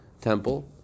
temple